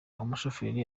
umushoferi